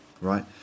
right